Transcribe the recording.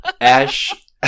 Ash